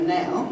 now